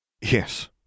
Yes